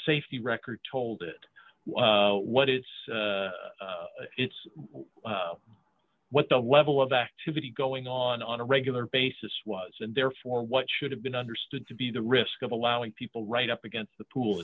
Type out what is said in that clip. safety record told it what it's it's what the level of activity going on on a regular basis was and therefore what should have been understood to be the risk of allowing people right up against the pool